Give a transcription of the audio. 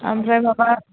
ओमफ्राय माबा